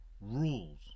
Rules